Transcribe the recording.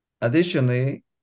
Additionally